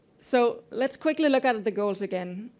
so let's quickly look at at the goals again.